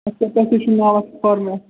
اچھا تۄہہِ کیٛاہ چھُو ناو اَتھ فارمسی